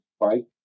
right